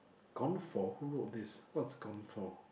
gone for who wrote this what's gone for